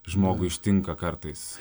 žmogų ištinka kartais